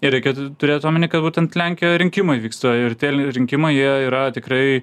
ir reikėtų turėt omeny kad būtent lenkijoj rinkimai vyksta ir tie l rinkimai jie yra tikrai